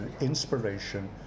Inspiration